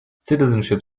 citizenship